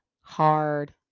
hard